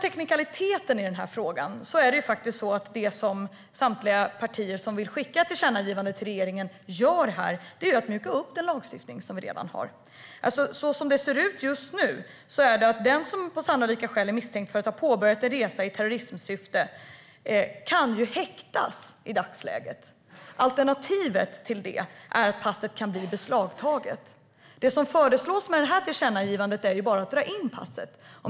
Teknikaliteten i den här frågan är sådan att det som samtliga partier som vill skicka ett tillkännagivande till regeringen gör här är att mjuka upp den lagstiftning som vi redan har. Så som det ser ut i dagsläget kan den som på sannolika skäl är misstänkt för att ha påbörjat en resa i terrorismsyfte häktas. Alternativet till det är att passet kan beslagtas. Det som föreslås med det här tillkännagivandet är bara att dra in passet.